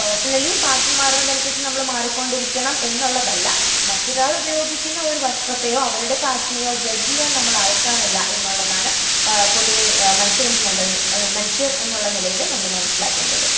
personally fashion മാറുന്നതനുസരിച്ച് നമ്മള് മാറിക്കൊണ്ടിരിക്കണം എന്നുള്ളതല്ല മറ്റൊരാളുപയോഗിക്കുന്ന ഒര് വസ്ത്രത്തെയോ അവരുടെ ഫാഷനെയോ ജഡ്ജ് ചെയ്യാൻ നമ്മളാൾക്കാരല്ല എന്നുള്ളതാണ് പൊതുവേ മനുഷ്യരെന്ന ലേല് മനുഷ്യർ എന്നൊള്ള നെലേല് നമ്മള് മനസ്സിലാക്കേണ്ടത്